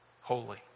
Holy